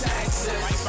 Texas